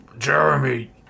Jeremy